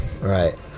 Right